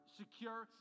secure